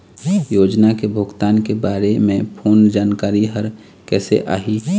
योजना के भुगतान के बारे मे फोन जानकारी हर कइसे आही?